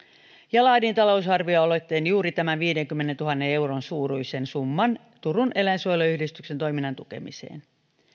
ja laadin talousarvioaloitteen juuri tämän viidenkymmenentuhannen euron suuruisen summan turun eläinsuojeluyhdistyksen toiminnan tukemiseen